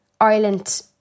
Ireland